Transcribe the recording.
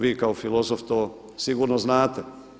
Vi kao filozof to sigurno znate.